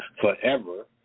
forever